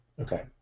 okay